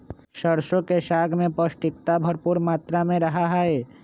सरसों के साग में पौष्टिकता भरपुर मात्रा में रहा हई